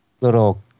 little